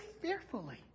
fearfully